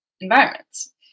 environments